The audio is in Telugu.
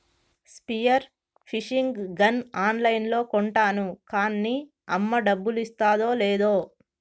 స్పియర్ ఫిషింగ్ గన్ ఆన్ లైన్లో కొంటాను కాన్నీ అమ్మ డబ్బులిస్తాదో లేదో